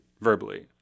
verbally